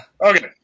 Okay